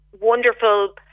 wonderful